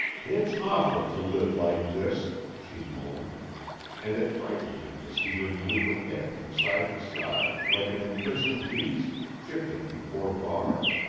it's awful to live like this, she moaned and it frightened him to see her move her head from side to side like an imprisoned beast, shifting before bars.